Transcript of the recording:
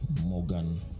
Morgan